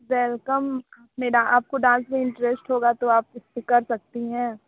welcome आपने आपको dance में इन्टरेस्ट होगा तो इसपे कर सकती हैं